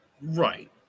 Right